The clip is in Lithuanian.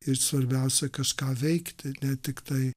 ir svarbiausia kažką veikti ne tiktai